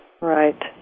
Right